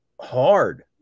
hard